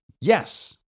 Yes